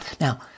Now